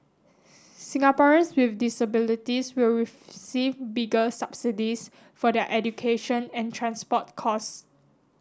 Singaporeans with disabilities will receive bigger subsidies for their education and transport costs